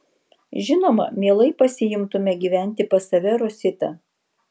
žinoma mielai pasiimtume gyventi pas save rositą